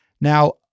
Now